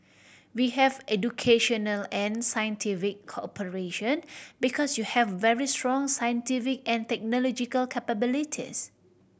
we have educational and cooperation because you have very strong scientific and technological capabilities